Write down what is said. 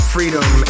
Freedom